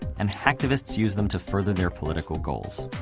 and hacktivists use them to further their political goals.